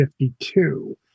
52